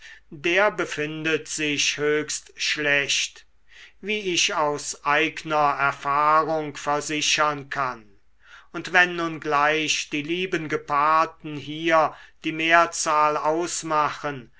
der befindet sich höchst schlecht wie ich aus eigner erfahrung versichern kann und wenn nun gleich die lieben gepaarten hier die mehrzahl ausmachen